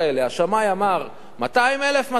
השמאי אמר 200,000 200,000,